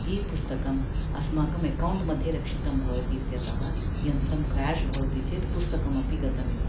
E पुस्तकम् अस्माकम् account मध्ये रक्षितं भवति इत्यतः यन्तर्ं क्राष् भवति चेत् पुस्तकमपि गतमिव